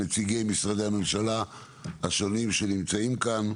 נציגי משרדי הממשלה השונים שנמצאים כאן,